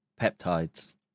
peptides